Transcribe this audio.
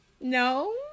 No